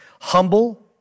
humble